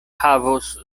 havos